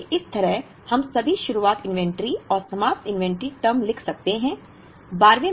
इसलिए इस तरह हम सभी शुरुआत इन्वेंटरी और समाप्ति इन्वेंटरी टर्म लिख सकते हैं